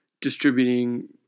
distributing